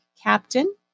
captain